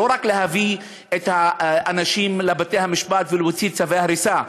לא רק להביא את האנשים לבתי-המשפט ולהוציא צווי הריסה.